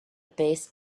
base